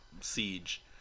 Siege